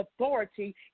authority